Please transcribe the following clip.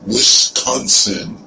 Wisconsin